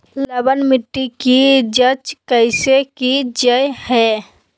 लवन मिट्टी की जच कैसे की जय है?